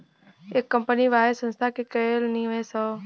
एक कंपनी वाहे संस्था के कएल निवेश हौ